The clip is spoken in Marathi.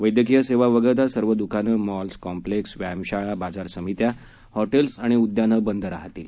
वैद्यकीय सेवा वगळता सर्व दुकानं मॉल्स कॉम्पलेक्स व्यायामशाळा बाजार समिती हॉटेल्स उद्यानं बंद राहतील